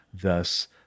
thus